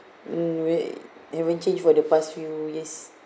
mm haven't changed for the past few years